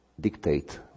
dictate